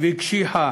והקשיחה